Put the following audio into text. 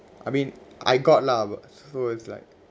I mean I got lah but who was like